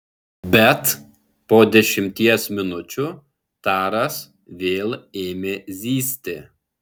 bet po dešimties minučių taras vėl ėmė zyzti